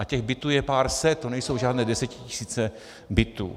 A těch bytů je pár set, to nejsou žádné desetitisíce bytů.